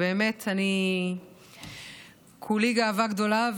באמת אני כולי גאווה גדולה,